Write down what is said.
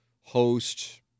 host